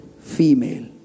female